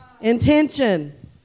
intention